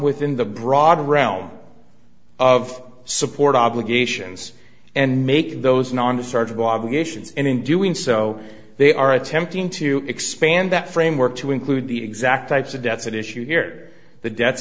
within the broad realm of support obligations and make those non surgical obligations and in doing so they are attempting to expand that framework to include the exact types of debts at issue here the debts